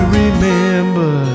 remember